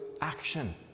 action